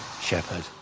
shepherd